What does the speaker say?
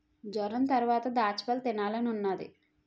జొరంతరవాత దాచ్చపళ్ళు తినాలనున్నాది